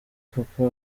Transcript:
papa